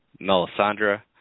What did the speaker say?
Melisandre